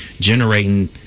generating